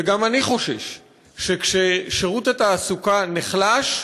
וגם אני חושש שכששירות התעסוקה נחלש,